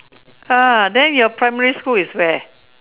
ah then your primary school is where